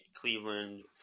Cleveland